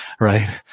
right